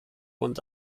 und